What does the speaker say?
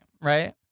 right